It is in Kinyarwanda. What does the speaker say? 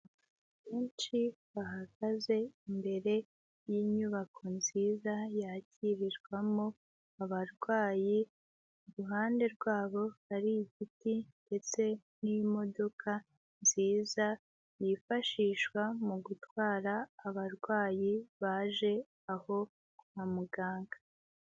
Abantu benshi bahagaze imbere y'inyubako nziza yakirirwamo abarwayi, iruhande rwabo hari ibiti ndetse n'imodoka nziza yifashishwa mu gutwara abarwayi baje aho kwa muganga.